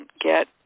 get